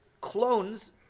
clones